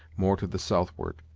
more to the southward.